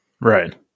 Right